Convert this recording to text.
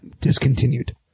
discontinued